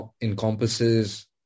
encompasses